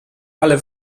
ale